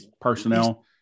personnel